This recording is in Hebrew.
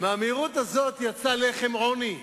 מהמהירות הזאת יצא לחם עוני.